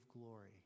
glory